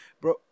Bro